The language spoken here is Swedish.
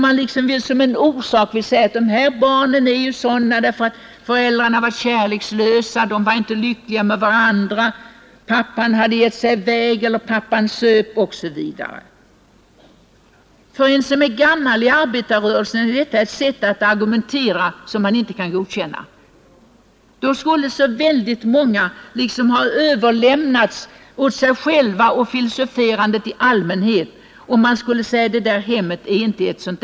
Man anger som orsak till narkomanin hos barnen att föräldrarna varit kärlekslösa mot dem och inte lyckliga med varandra, att pappan hade gett sig i väg från familjen eller att pappan söp, osv. För den som är gammal i arbetarrörelsen, är detta ett sätt att argumentera som inte kan godkännas. — Vore det på det sättet, att ett hem som verkligen inte är något mönsterhem hade ett sådant samband, skulle många av oss varit utlämnade.